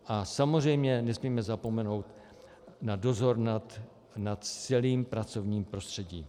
A samozřejmě nesmíme zapomenout na dozor nad celým pracovním prostředím.